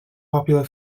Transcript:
popular